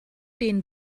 den